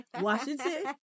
Washington